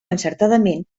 encertadament